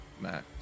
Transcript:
max